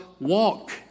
walk